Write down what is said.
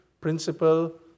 principle